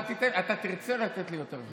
אתה תרצה לתת לי יותר זמן.